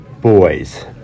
boys